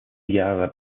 jahre